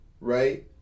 right